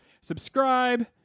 Subscribe